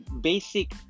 basic